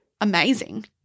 amazing